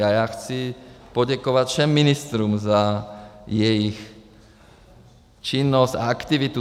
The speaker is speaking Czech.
A já chci poděkovat všem ministrům za jejich činnost a aktivitu.